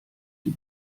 die